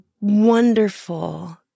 wonderful